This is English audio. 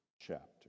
chapter